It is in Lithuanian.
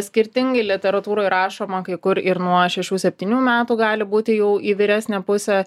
skirtingai literatūroj rašoma kai kur ir nuo šešių septynių metų gali būti jau į vyresnę pusę